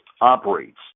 operates